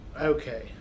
Okay